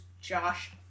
Josh